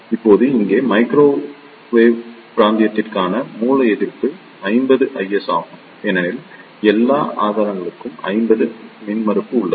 இப்போது இங்கே மைக்ரோவேவ் பிராந்தியத்திற்கான மூல எதிர்ப்பு 50 is ஆகும் ஏனெனில் எல்லா ஆதாரங்களுக்கும் 50 மின்மறுப்பு உள்ளது